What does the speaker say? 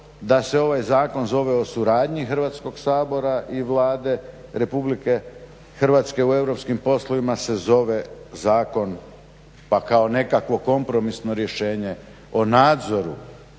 da se ovaj zakon zove o suradnji Hrvatskog sabora i Vlade Republike Hrvatske u europskim poslovima se zove zakon pa kao nekakvo kompromisno rješenje o nadzoru